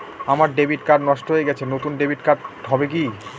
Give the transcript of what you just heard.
আমার debit card নষ্ট হয়ে গেছে নূতন ডেবিট কার্ড হবে কি?